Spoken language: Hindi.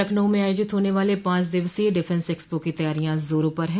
लखनऊ में आयोजित होने वाले पांच दिवसीय डिफेंस एक्सपो की तैयारियां जोरों पर है